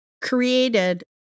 created